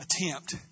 attempt